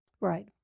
Right